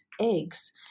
eggs